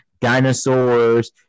Dinosaurs